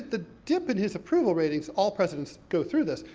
the dip in his approval ratings, all presidents go through this,